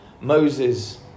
Moses